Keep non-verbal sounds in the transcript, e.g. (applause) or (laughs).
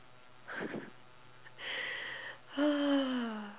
(laughs) (noise)